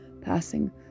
passing